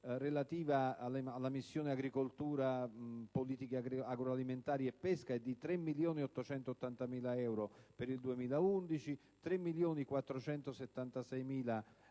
relativa alla missione "Agricoltura, politiche agroalimentari e pesca" è di 3.880.000 euro per il 2011 e di 3.746.000 euro